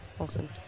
Awesome